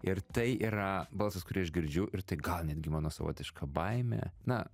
ir tai yra balsas kurį aš girdžiu ir tai gal netgi mano savotiška baimė na